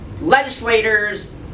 legislators